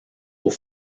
aux